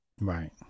Right